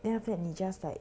then after that 你 just like